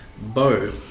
Bo